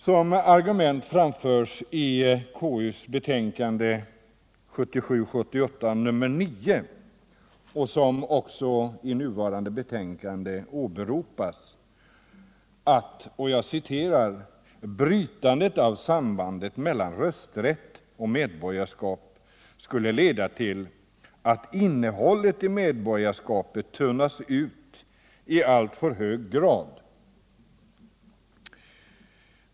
Som argument framförs i konstitutionsutskottets betänkande 1977/78:9 — vilket även åberopas i föreliggande betänkande — att ”ett brytande av sambandet mellan rösträtt och medborgarskap skulle leda till att innehållet i medborgarskapet tunnas ut i alltför hög grad”.